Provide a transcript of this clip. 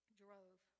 drove